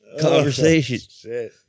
conversation